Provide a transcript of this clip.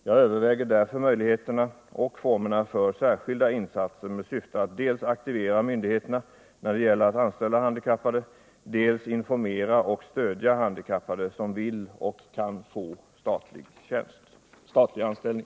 Jag överväger därför möjligheterna och formerna för särskilda insatser med syfte att dels aktivera myndigheterna när det gäller att anställa handikappade, dels informera och stödja handikappade som vill och kan få statlig anställning.